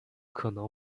可能